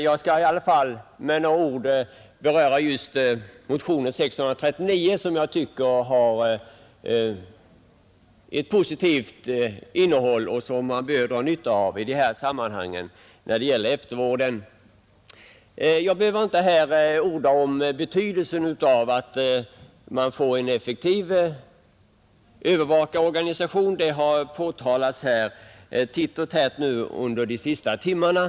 Jag skall emellertid med några ord beröra motionen 639, vars positiva innehåll när det gäller eftervården jag tycker att man bör dra nytta av. Jag behöver inte här orda om betydelsen av en effektiv övervakarorganisation. Den saken har understrukits titt och tätt under de senaste timmarna.